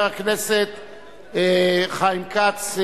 תודה לחבר הכנסת יושב-ראש הוועדה חיים כץ.